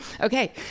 okay